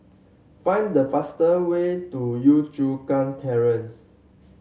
find the faster way to Yio Chu Kang Terrace